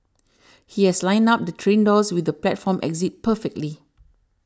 he has lined up the train doors with the platform exit perfectly